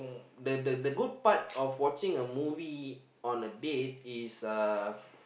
the the the good part of watching a movie on a date is uh